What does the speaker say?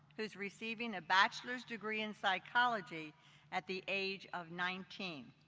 who's receiving a bachelor's degree in psychology at the age of nineteen.